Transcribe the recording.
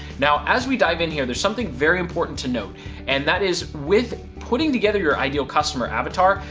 now, as we dive in here, there's something very important to note and that is with putting together your ideal customer avatar,